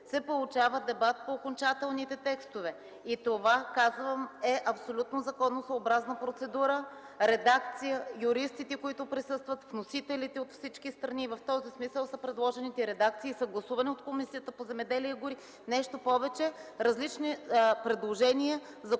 се получава дебат по окончателните текстове. Казвам, че това е абсолютно законосъобразна процедура, редакция от юристите, които присъстват, вносителите от всички страни – в този смисъл са предложените редакции и те са гласувани от Комисията по земеделието и горите. Нещо повече: различни законодателни